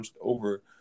over